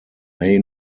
may